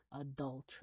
adultery